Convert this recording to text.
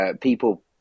people